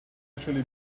actually